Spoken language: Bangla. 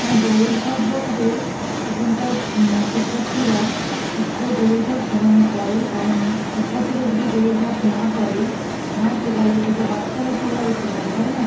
হ্যাঁ দৌড়ঝাঁপ বলতে এখানকার শিক্ষার্থীরা স্কুলে দৌড়ঝাঁপ হ্যাঁ করে কারণ শিক্ষার্থীরা যদি দৌড়ঝাঁপ না করে না শেখালে ছোট বাচ্চারা কীভাবে শিখবে তাই না